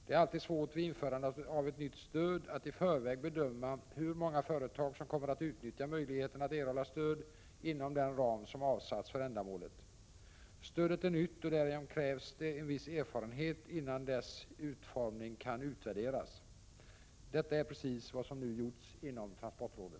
Det är alltid svårt vid införande av ett nytt stöd att i förväg bedöma hur många företag som kommer att utnyttja möjligheten att erhålla stöd inom den ram som avsatts för ändamålet. Stödet är nytt, och därigenom krävs det en viss erfarenhet innan dess utformning kan utvärderas. Detta är precis vad som nu gjorts inom transportrådet.